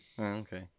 Okay